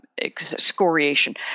excoriation